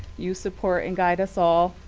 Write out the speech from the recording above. you support and guide us all.